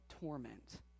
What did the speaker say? torment